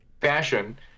fashion